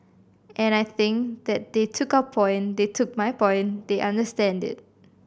and I think that they took our point they took my point they understand it